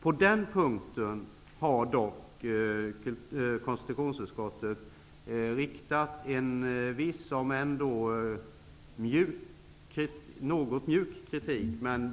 På den punkten har dock konstitutionsutskottet kommit med en viss, om än något mjuk, kritik.